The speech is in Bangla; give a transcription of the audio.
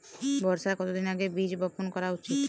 বর্ষার কতদিন আগে বীজ বপন করা উচিৎ?